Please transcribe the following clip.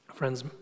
friends